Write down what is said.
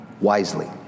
wisely